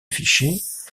fichiers